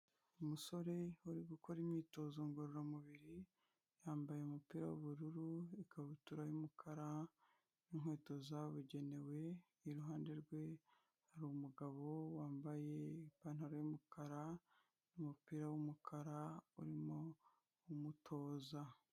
Umusore uri gukora imyitozo ngororamubiri yambaye umupira w'ubururu, ikabutura y'umukara n'inkweto zabugenewe, iruhande rwe hari umugabo wambaye ipantaro y'umukara n'umupira w'umukara urimo umutoza.